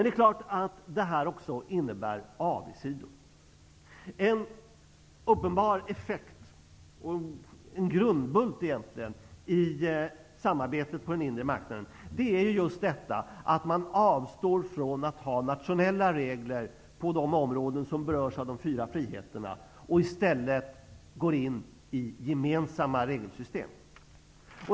Detta innebär naturligtvis också avigsidor. En uppenbar effekt -- en grundbult -- i samarbetet på den inre marknaden är just att man avstår från att ha nationella regler på de områden som berörs av de fyra friheterna och i stället går in i gemensamma regelsystem.